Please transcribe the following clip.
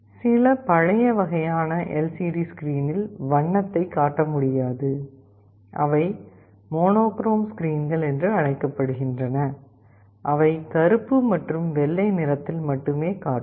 சில பழைய வகையான எல்சிடி ஸ்கிரீனில் வண்ணத்தைக் காட்ட முடியாது அவை மோனோக்ரோம் ஸ்கிரீன்கள் என்று அழைக்கப்படுகின்றன அவை கருப்பு மற்றும் வெள்ளை நிறத்தில் மட்டுமே காட்டும்